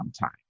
time